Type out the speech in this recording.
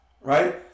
right